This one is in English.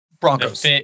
Broncos